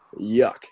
Yuck